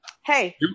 hey